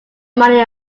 money